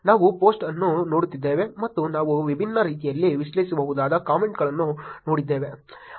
ನಾವು ಪೋಸ್ಟ್ ಅನ್ನು ನೋಡುತ್ತಿದ್ದೇವೆ ಮತ್ತು ನಾವು ವಿಭಿನ್ನ ರೀತಿಯಲ್ಲಿ ವಿಶ್ಲೇಷಿಸಬಹುದಾದ ಕಾಮೆಂಟ್ಗಳನ್ನು ನೋಡುತ್ತಿದ್ದೇವೆ